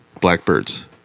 blackbirds